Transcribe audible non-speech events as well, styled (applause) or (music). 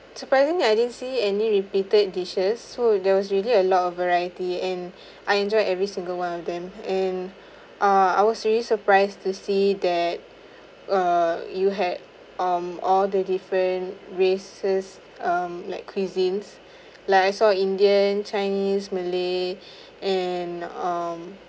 surprising I didn't see any repeated dishes so there was really a lot of variety and (breath) I enjoy every single one of them and (breath) uh I was really surprised to see that uh you had um all the different races um like cuisines (breath) like I saw indian chinese malay (breath) and um